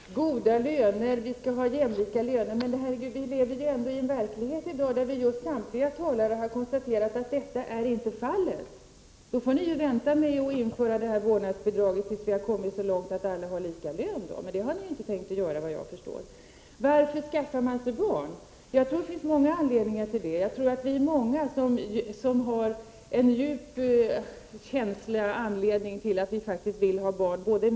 Herr talman! Goda löner, vi skall ha jämlika löner! Men samtliga talare här har konstaterat att så inte är fallet i verkligheten. Då får ni vänta med att införa vårdnadsbidraget tills vi har kommit så långt att alla har lika löner. Men det har ni inte tänkt göra, såvitt jag förstår. Varför skaffar man sig barn? Jag tror att det finns många anledningar till det. Vi är många, både män och kvinnor, som har en djup känslomässig anledning till att vi vill ha barn.